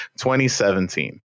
2017